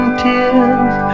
tears